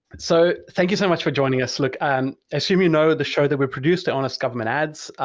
so thank you so much for joining us. look, i'm assuming know the show that we produce, the honest government ads.